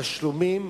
בתשלומים,